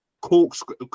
corkscrew